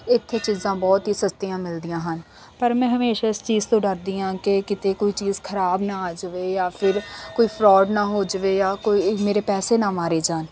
ਇੱਥੇ ਚੀਜ਼ਾਂ ਬਹੁਤ ਹੀ ਸਸਤੀਆਂ ਮਿਲਦੀਆਂ ਹਨ ਪਰ ਮੈਂ ਹਮੇਸ਼ਾਂ ਇਸ ਚੀਜ਼ ਤੋਂ ਡਰਦੀ ਹਾਂ ਕਿ ਕਿਤੇ ਕੋਈ ਚੀਜ਼ ਖ਼ਰਾਬ ਨਾ ਆ ਜਾਵੇ ਜਾਂ ਫਿਰ ਕੋਈ ਫਰੋਡ ਨਾ ਹੋ ਜਾਵੇ ਜਾਂ ਕੋਈ ਮੇਰੇ ਪੈਸੇ ਨਾ ਮਾਰੇ ਜਾਣ